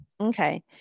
Okay